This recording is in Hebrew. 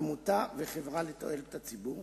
עמותה וחברה לתועלת הציבור,